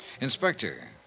Inspector